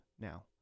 now